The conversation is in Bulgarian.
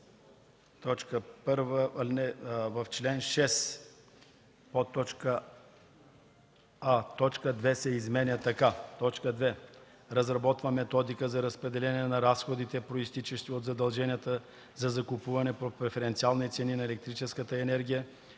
1. В чл. 6: а) точка 2 се изменя така: 2. разработва методика за разпределение на разходите, произтичащи от задълженията за закупуване по преференциалните цени на електрическата енергия,